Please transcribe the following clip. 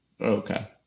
Okay